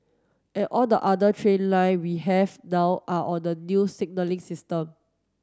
and all the other train line we have now are on the new signalling system